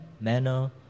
manner